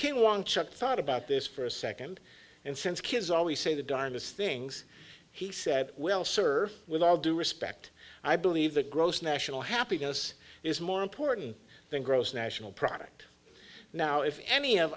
came along chuck thought about this for a second and since kids always say the darndest things he said well sir with all due respect i believe the gross national happiness is more important than gross national product now if any of